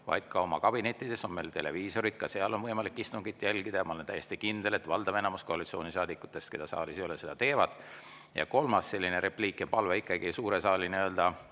vaid kabinettides on meil televiisorid ja ka seal on võimalik istungit jälgida. Ma olen täiesti kindel, et enamik koalitsioonisaadikuid, keda saalis ei ole, seda teevad. Ja kolmas selline repliik ja palve ikkagi suure saali aja